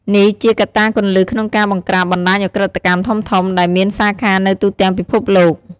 នេះជាកត្តាគន្លឹះក្នុងការបង្ក្រាបបណ្តាញឧក្រិដ្ឋកម្មធំៗ ដែលមានសាខានៅទូទាំងពិភពលោក។